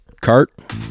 Cart